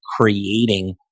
creating